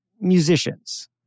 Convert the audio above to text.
musicians